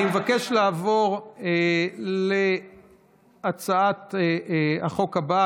אני מבקש לעבור להצעת החוק הבאה,